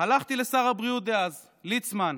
הלכתי לשר הבריאות דאז ליצמן,